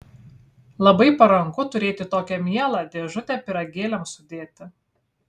labai paranku turėti tokią mielą dėžutę pyragėliams sudėti